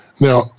Now